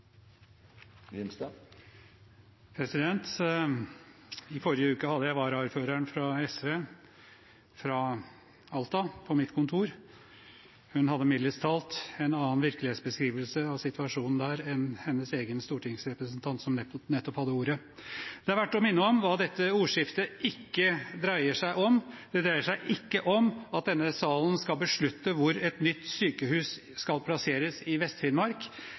befolkning. I forrige uke hadde jeg varaordføreren i Alta fra SV på mitt kontor. Hun hadde mildest talt en annen virkelighetsbeskrivelse av situasjonen der enn hennes egen stortingsrepresentant, som nettopp hadde ordet. Det er verdt å minne om hva dette ordskiftet ikke dreier seg om. Det dreier seg ikke om at denne salen skal beslutte hvor et nytt sykehus skal plasseres i